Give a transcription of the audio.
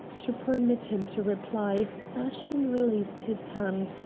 to permit him to reply ashton released his hand,